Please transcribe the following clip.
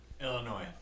Illinois